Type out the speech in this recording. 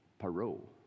parole